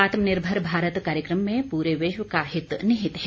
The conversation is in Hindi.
आत्मनिर्भर भारत कार्यक्रम में प्रे विश्व का हित निहित है